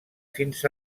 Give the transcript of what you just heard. fins